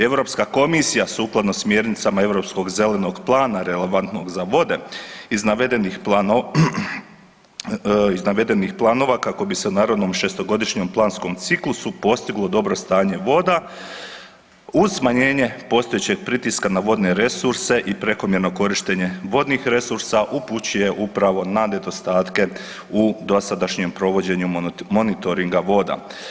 Europska komisija sukladno smjernicama Europskog zelenog plana relevantnog za vode iz navedenih planova kako bi se u narednom šestogodišnjem planskom ciklusu postiglo dobro stanje voda uz smanjenje postojećeg pritiska na vodne resurse i prekomjerno korištenje vodnih resursa upućuje upravo na nedostatke u dosadašnjem provođenju monitoringa voda.